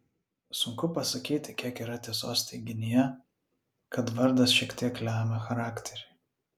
sunku pasakyti kiek yra tiesos teiginyje kad vardas šiek tiek lemia charakterį